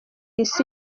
isi